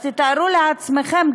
אז תארו לעצמכם,